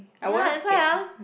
ya that's why ah